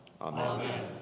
Amen